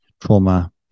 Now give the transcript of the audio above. trauma